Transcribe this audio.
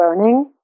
learning